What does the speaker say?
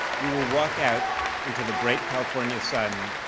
we will walk out into the bright california sun,